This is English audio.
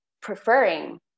preferring